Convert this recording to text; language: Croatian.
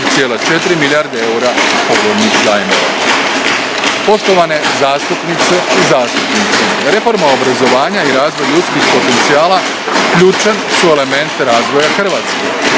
4,4 milijarde eura povoljnih zajmova. Poštovane zastupnice i zastupnici reforma obrazovanja i razvoj ljudskih potencijala ključan su element razvoja Hrvatske.